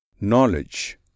Knowledge